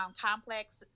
complex